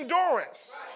endurance